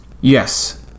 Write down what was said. Yes